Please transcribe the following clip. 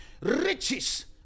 riches